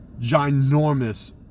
ginormous